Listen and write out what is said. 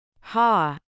Ha